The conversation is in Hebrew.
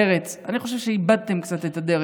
מרצ, אני חושב שאיבדתם קצת את הדרך.